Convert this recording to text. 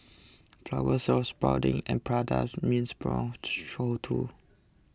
flowers were sprouting at Prada's means brown show too